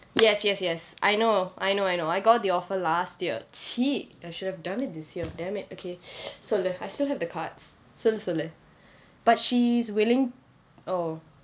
yes yes yes I know I know I know I got the offer last year shit I should have done it this year damn it okay சொல்லு:sollu I still have the cards சொல்லு சொல்லு:sollu sollu but she's willing oh